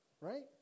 Right